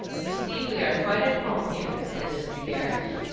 you see we are quite at home here, said mr. gerrish.